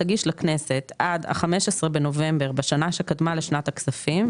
תגיש לכנסת עד ה-15 בנובמבר בשנה שקדמה לשנת התקציב,